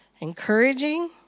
encouraging